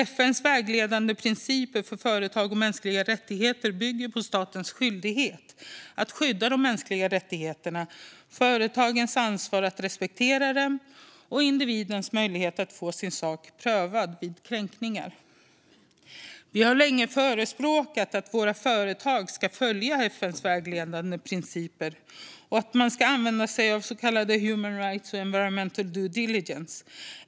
FN:s vägledande principer för företag och mänskliga rättigheter bygger på statens skyldighet att skydda de mänskliga rättigheterna, företagens ansvar att respektera dem och individens möjlighet att få sin sak prövad vid kränkningar. Vi har länge förespråkat att våra företag ska följa FN:s vägledande principer för företag och mänskliga rättigheter och att man använder sig av human rights och environmental due diligence.